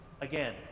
again